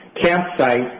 campsite